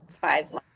five